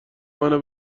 منو